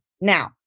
Now